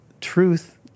truth